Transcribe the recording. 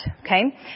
Okay